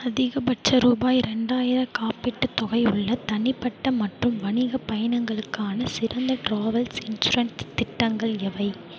அதிகபட்ச ரூபாய் ரெண்டாயிரம் காப்பீட்டுத் தொகை உள்ள தனிப்பட்ட மற்றும் வணிகப் பயணங்களுக்கான சிறந்த ட்ராவல்ஸ் இன்சூரன்ஸ் திட்டங்கள் எவை